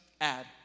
add